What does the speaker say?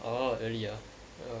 orh really uh